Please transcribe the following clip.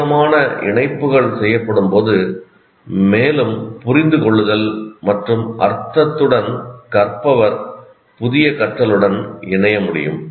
அதிகமான இணைப்புகள் செய்யப்படும்போது மேலும் புரிந்துகொள்ளுதல் மற்றும் அர்த்தத்துடன் கற்பவர் புதிய கற்றலுடன் இணைய முடியும்